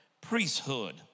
priesthood